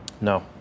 No